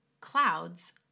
clouds